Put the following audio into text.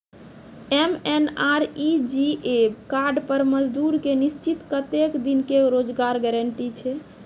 MNREGA card पर मजदुर के निश्चित कत्तेक दिन के रोजगार गारंटी छै?